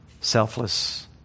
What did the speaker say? selfless